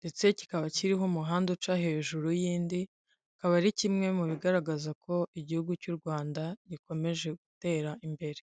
ndetse kikaba kiriho umuhanda uca hejuru y'indi, kikaba ari kimwe mu bigaragaza ko igihugu cy'u Rwanda gikomeje gutera imbere.